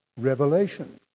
revelation